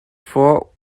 for